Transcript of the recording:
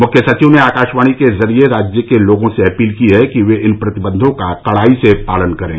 मुख्य सचिव ने आकाशवाणी के जरिये राज्य के लोगों से अपील की है कि वे इन प्रतिबंधों का कडाई से पालन करें